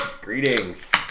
Greetings